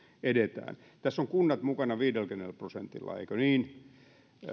edetään tässä ovat kunnat mukana viidelläkymmenellä prosentilla eikö niin